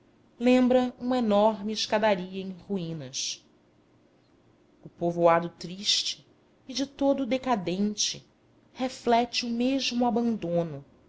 lembra uma enorme escadaria em ruínas o povoado triste e de todo decadente reflete o mesmo abandono